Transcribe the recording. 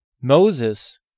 Moses